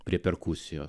prie perkusijos